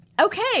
Okay